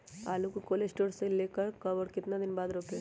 आलु को cold store से ले के कब और कितना दिन बाद रोपे?